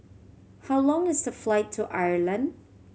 how long is the flight to Ireland